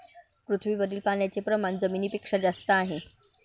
पृथ्वीवरील पाण्याचे प्रमाण जमिनीपेक्षा जास्त आहे